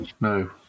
No